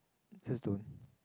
just don't